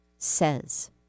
Says